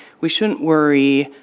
we shouldn't worry.